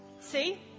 See